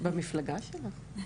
במפלגה שלך.